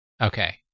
Okay